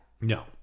No